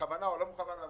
בכוונה או לא בכוונה,